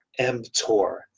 mTOR